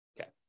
Okay